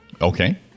Okay